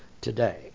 today